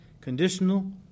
conditional